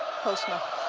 postma.